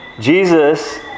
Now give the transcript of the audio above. Jesus